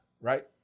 right